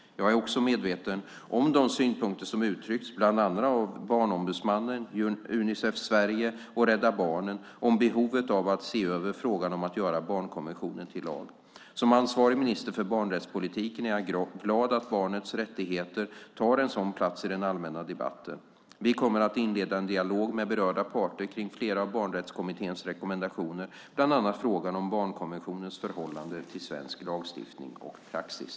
Jag är också medveten om de synpunkter som har uttryckts av bland andra Barnombudsmannen, Unicef Sverige och Rädda Barnen om behovet av att se över frågan om att göra barnkonventionen till lag. Som ansvarig minister för barnrättspolitiken är jag glad att barnets rättigheter tar en sådan plats i den allmänna debatten. Vi kommer att inleda en dialog med berörda parter om flera av barnrättskommitténs rekommendationer, bland annat frågan om barnkonventionens förhållande till svensk lagstiftning och praxis.